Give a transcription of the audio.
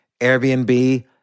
airbnb